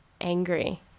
angry